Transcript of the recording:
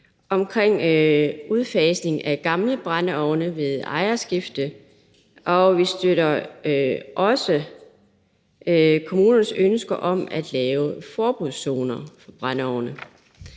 om udfasning af gamle brændeovne ved ejerskifte, og vi støtter også kommunernes ønske om at lave forbudszoner for brændeovne.